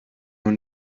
noch